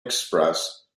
express